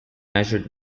measured